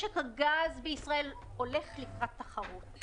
משק הגז בישראל הולך לקראת תחרות.